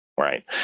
Right